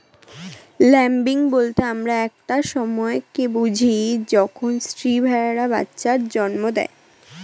lambing বলতে আমরা একটা সময় কে বুঝি যখন স্ত্রী ভেড়ারা বাচ্চা জন্ম দেয়